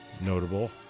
notable